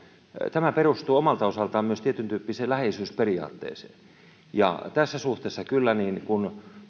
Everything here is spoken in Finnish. tämä perustuu omalta osaltaan myös tietyntyyppiseen läheisyysperiaatteeseen tässä suhteessa kyllä kun